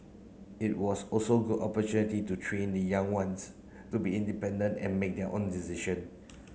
it was also good opportunity to train the young ones to be independent and make their own decision